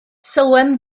sylwem